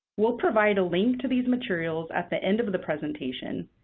we'll provide a link to these materials at the end of the presentation,